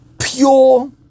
pure